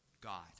God